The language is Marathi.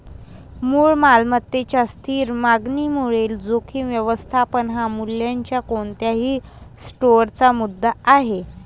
मूळ मालमत्तेच्या स्थिर मागणीमुळे जोखीम व्यवस्थापन हा मूल्याच्या कोणत्याही स्टोअरचा मुद्दा आहे